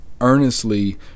earnestly